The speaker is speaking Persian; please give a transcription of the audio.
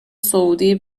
سعودی